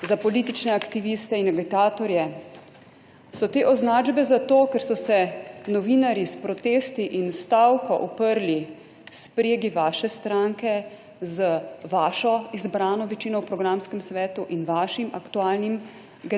za politične aktiviste in agitatorje? So te označbe zato, ker so se novinarji s protesti in stavko uprli spregi vaše stranke, z vašo izbrano večino v programskem svetu in vašim aktualnim